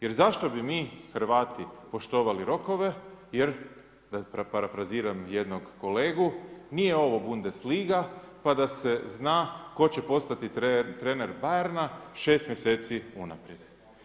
Jer zašto bi mi Hrvati, poštovali rokove jer da parafraziram jednog kolegu, nije ovo bundesliga pa da se zna tko će postati trener Bayerna 6 mjeseci unaprijed.